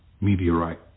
meteorite